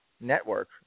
Network